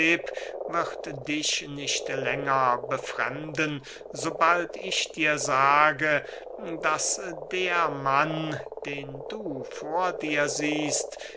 wird dich nicht länger befremden sobald ich dir sage daß der mann den du vor dir siehest